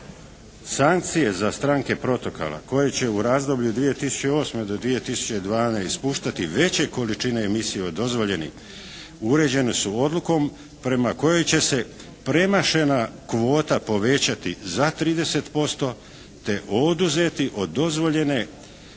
Sankcije za stranke protokola koje će u razdoblju od 2008. do 2012. ispuštati veće količine emisije od dozvoljenih uređene su odlukom prema kojoj će se premašena kvota povećati za 30%, te oduzeti od dozvoljene